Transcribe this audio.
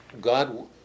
God